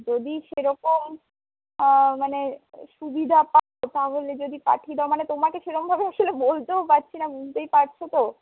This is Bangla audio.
যদি সেরকম মানে সুবিধা পাও তাহলে যদি পাঠিয়ে দাও মানে তোমাকে সেরমভাবে আসলে বলতেও পারছি না বুঝতেই পারছো তো